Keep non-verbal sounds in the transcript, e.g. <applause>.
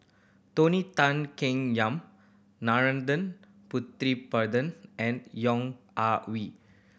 Tony Tan Keng Yam <unintelligible> Putumaippittan and Yong Ah <unintelligible>